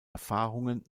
erfahrungen